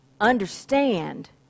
understand